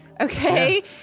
Okay